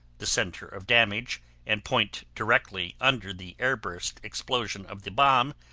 the center of damage and point directly under the air-burst explosion of the bomb,